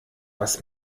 was